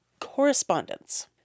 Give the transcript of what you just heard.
Correspondence